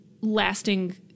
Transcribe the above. lasting